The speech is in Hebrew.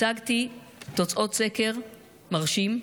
הצגתי תוצאות סקר מרשים,